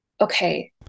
Okay